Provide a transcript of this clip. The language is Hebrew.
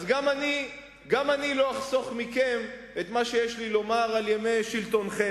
אז גם אני לא אחסוך מכם את מה שיש לי לומר על ימי שלטונכם,